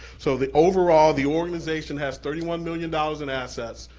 so the overall, the organization has thirty one million dollars in assets,